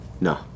No